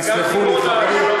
חברים, תסלחו לי.